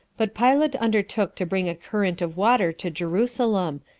but pilate undertook to bring a current of water to jerusalem,